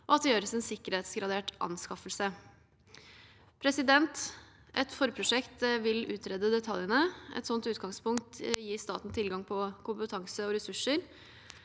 og at det gjøres en sikkerhetsgradert anskaffelse. Et forprosjekt vil utrede detaljene. Et slikt utgangspunkt gir staten tilgang på kompetanse og ressurser.